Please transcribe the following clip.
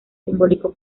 simbólico